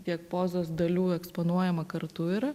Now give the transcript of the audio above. tiek pozos dalių eksponuojama kartu yra